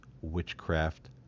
witchcraft